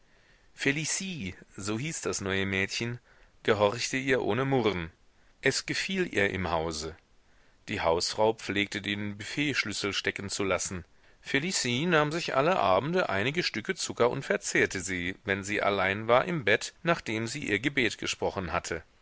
felicie so hieß das neue mädchen gehorchte ihr ohne murren es gefiel ihr im hause die hausfrau pflegte den büfettschlüssel stecken zu lassen felicie nahm sich alle abende einige stücke zucker und verzehrte sie wenn sie allein war im bett nachdem sie ihr gebet gesprochen hatte